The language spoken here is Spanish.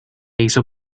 hizo